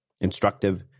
instructive